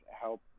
help